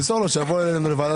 תמסור לו שיבוא אלינו,